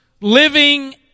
living